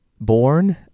born